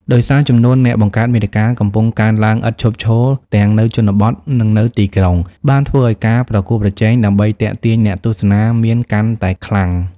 ដោយសារចំនួនអ្នកបង្កើតមាតិកាកំពុងកើនឡើងឥតឈប់ឈរទាំងនៅជនបទ និងនៅទីក្រុង បានធ្វើឲ្យការប្រកួតប្រជែងដើម្បីទាក់ទាញអ្នកទស្សនាមានកាន់តែខ្លាំង។